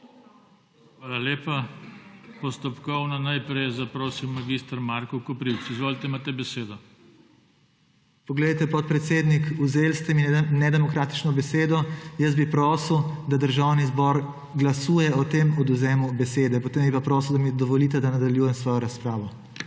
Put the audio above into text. Hvala lepa. Postopkovno najprej je zaprosil mag. Marko Koprivc. Izvolite, imate besedo. **MAG. MARKO KOPRIVC (PS SD):** Poglejte, podpredsednik. Vzeli ste mi nedemokratično besedo. Jaz bi prosil, da Državni zbor glasuje o tem odvzemu besede. Potem bi pa prosim, da mi dovolite, da nadaljujem s svojo razpravo,